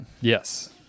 yes